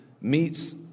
meets